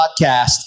podcast